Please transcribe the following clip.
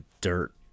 dirt